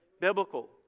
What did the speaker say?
Biblical